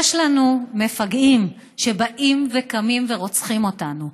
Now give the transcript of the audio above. לנו מפגעים שבאים וקמים ורוצחים אותנו,